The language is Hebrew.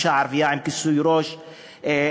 אישה ערבייה עם כיסוי ראש נוסעת,